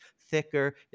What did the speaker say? thicker